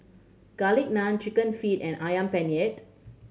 Garlic Naan Chicken Feet and Ayam Penyet